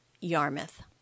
Yarmouth